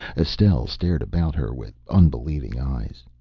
estelle stared about her with unbelieving eyes.